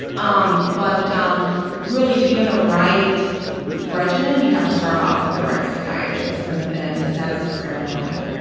um but um really to be on the right regimen, you have to start off with the right psychiatrist. and and that's that's very important.